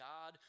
God